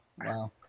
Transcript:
Wow